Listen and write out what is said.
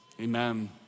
Amen